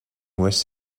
west